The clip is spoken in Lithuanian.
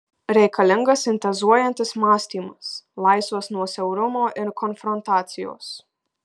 reikalingas sintezuojantis mąstymas laisvas nuo siaurumo ir konfrontacijos